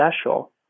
special